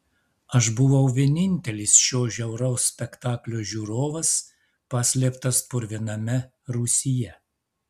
aš buvau vienintelis šio žiauraus spektaklio žiūrovas paslėptas purviname rūsyje